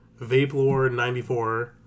VapeLord94